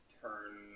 turn